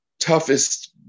Toughest